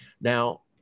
Now